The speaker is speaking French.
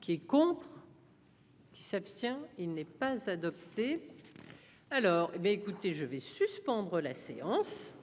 Qui est contre. Qui s'abstient, il n'est pas adopté alors ben écoutez, je vais suspendre la séance.